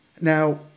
Now